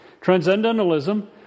Transcendentalism